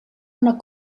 una